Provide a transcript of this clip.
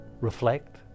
reflect